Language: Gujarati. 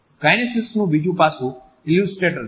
કાઈનેક્સિક્સનુ બીજું પાસું ઈલ્યુસ્ટ્રેટર્સ છે